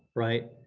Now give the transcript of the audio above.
right?